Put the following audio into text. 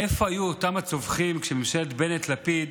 איפה היו אותם הצווחים כשממשלת בנט-לפיד